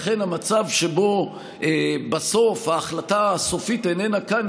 לכן המצב שבו בסוף ההחלטה הסופית איננה כאן,